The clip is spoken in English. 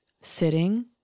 Sitting